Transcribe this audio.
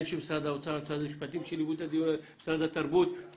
הן של משרד האוצר והן של משרד המשפטים ושל משרד התרבות שליוו את הדיון.